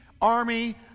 army